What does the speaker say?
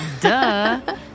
duh